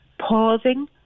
pausing